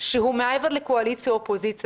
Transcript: שהוא מעבר לקואליציה ואופוזיציה.